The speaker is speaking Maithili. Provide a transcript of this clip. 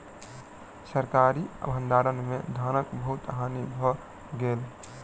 सरकारी भण्डार में धानक बहुत हानि भ गेल